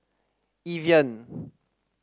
Evian